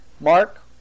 Mark